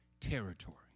territory